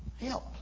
Help